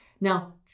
Now